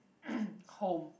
home